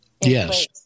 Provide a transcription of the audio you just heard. Yes